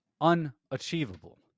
unachievable